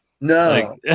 no